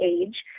age